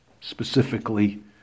specifically